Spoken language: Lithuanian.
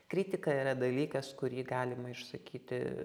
kritika yra dalykas kurį galima išsakyti